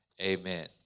Amen